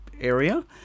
area